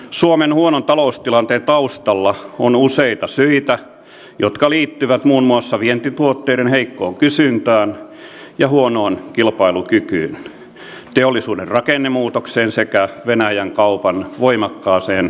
suomen huonon taloustilanteen taustalla on useita syitä jotka liittyvät muun muassa vientituotteiden heikkoon kysyntään ja huonoon kilpailukykyyn teollisuuden rakennemuutokseen sekä venäjän kaupan voimakkaaseen vähenemiseen